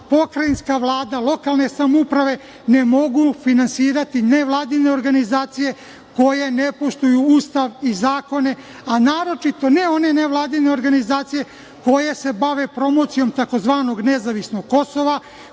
pokrajinska Vlada, lokalne samouprave ne mogu finansirati nevladine organizacije koje ne poštuju Ustav i zakone, a naročito ne one nevladine organizacije koje se bave promocijom tzv. "nezavisnog Kosova"